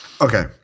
Okay